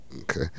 Okay